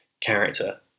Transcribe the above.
character